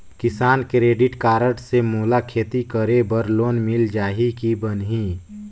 किसान credit card से मोला खेती करे बर लोन मिल जाहि की बनही??